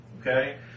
okay